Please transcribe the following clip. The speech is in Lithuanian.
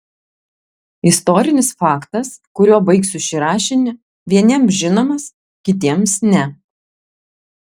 istorinis faktas kuriuo baigsiu šį rašinį vieniems žinomas kitiems ne